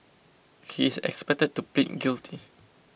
he is expected to plead guilty